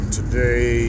today